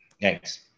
Thanks